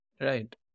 Right